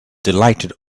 delighted